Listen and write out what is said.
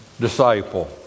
disciple